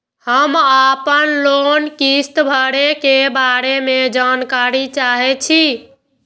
हम आपन लोन किस्त भरै के बारे में जानकारी चाहै छी?